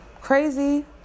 Crazy